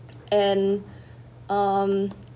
and um